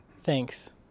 Thanks